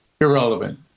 irrelevant